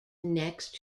next